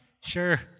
Sure